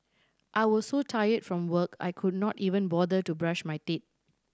I was so tired from work I could not even bother to brush my teeth